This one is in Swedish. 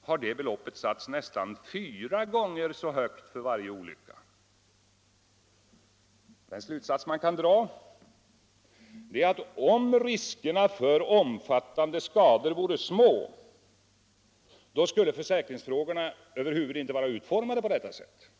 har detta belopp satts nästan fyra gånger så högt för varje olycka. En av de slutsatser man kan dra är att om riskerna för omfattande skador vore små, skulle försäkringsbestämmelserna över huvud inte vara utformade på detta sätt.